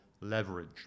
leverage